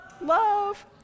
Love